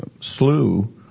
slew